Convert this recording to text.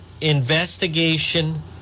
investigation